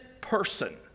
person